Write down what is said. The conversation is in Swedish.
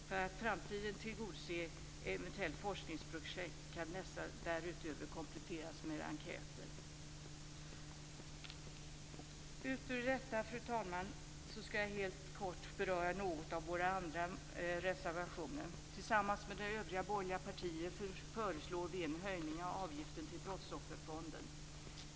För att i framtiden tillgodose eventuella forskningsprojekt kan dessa därutöver kompletteras med enkäter. Fru talman! Utöver detta skall jag helt kort beröra några av våra andra reservationer. Tillsammans med övriga borgerliga partier föreslår vi en höjning av avgiften till Brottsofferfonden.